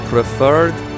Preferred